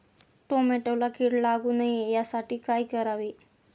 टोमॅटोला कीड लागू नये यासाठी काय करावे?